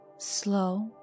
Slow